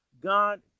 god